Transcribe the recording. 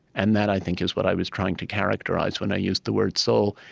and that, i think, is what i was trying to characterize when i used the word soul,